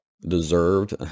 deserved